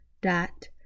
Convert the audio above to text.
dot